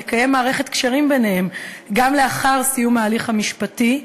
לקיים מערכת קשרים ביניהם גם לאחר סיום ההליך המשפטי,